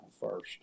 first